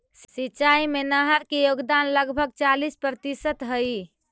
सिंचाई में नहर के योगदान लगभग चालीस प्रतिशत हई